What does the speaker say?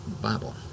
Bible